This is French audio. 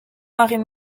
marine